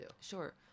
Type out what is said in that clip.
Sure